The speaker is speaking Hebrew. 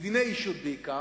בדיני אישות בעיקר,